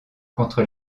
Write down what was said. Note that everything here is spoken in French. contre